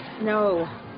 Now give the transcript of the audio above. No